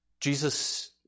Jesus